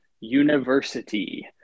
University